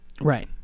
Right